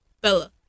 Bella